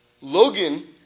logan